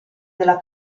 della